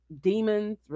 demons